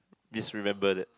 disremember that